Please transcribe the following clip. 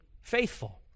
Faithful